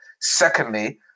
Secondly